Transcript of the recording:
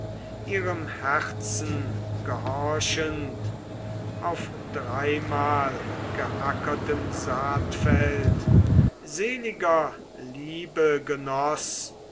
ihrem herzen gehorchend auf dreimalgeackertem saatfeld seliger liebe